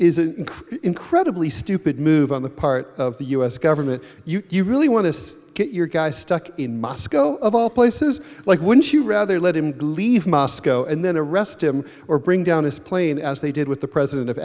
in incredibly stupid move on the part of the u s government you really want to get your guy stuck in moscow of all places like wouldn't you rather let him believe moscow and then arrest him or bring down his plane as they did with the president of